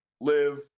live